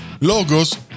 logos